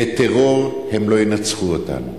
בטרור הם לא ינצחו אותנו,